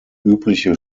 übliche